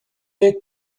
take